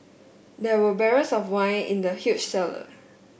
there were barrels of wine in the huge cellar